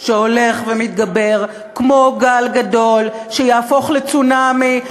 שהולך ומתגבר כמו גל גדול, שיהפוך לצונאמי.